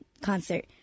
concert